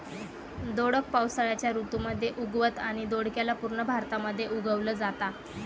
दोडक पावसाळ्याच्या ऋतू मध्ये उगवतं आणि दोडक्याला पूर्ण भारतामध्ये उगवल जाता